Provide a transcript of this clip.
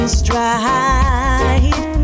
stride